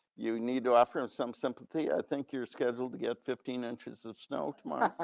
you need to offer him some sympathy. i think you're scheduled to get fifteen inches of snow tomorrow.